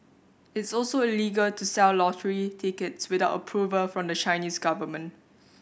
it's also illegal to sell lottery tickets without approval from the Chinese government